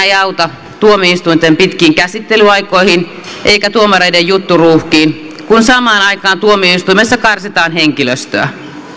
ei auta tuomioistuinten pitkiin käsittelyaikoihin eikä tuomareiden jutturuuhkiin kun samaan aikaan tuomioistuimissa karsitaan henkilöstöä